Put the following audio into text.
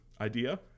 idea